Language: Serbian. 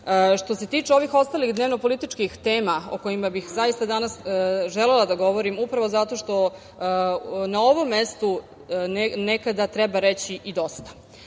se tiče ovih ostalih dnevno-političkih tema o kojima bih zaista danas želela da govorim upravo zato što na ovom mestu nekada treba reći i dosta.